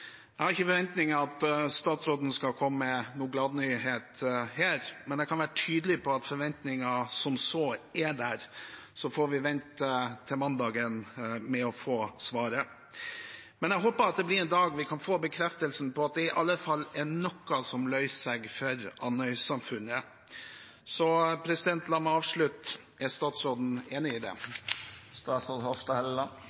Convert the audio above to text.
Jeg har ikke forventninger til at statsråden skal komme med noen gladnyhet her, men jeg kan være tydelig på at forventningene som sådanne er der. Så får vi vente til mandag med å få svaret. Men jeg håper det blir en dag da vi får bekreftelsen på at det i alle fall er noe som løser seg for Andøy-samfunnet. Så la meg avslutte: Er statsråden enig i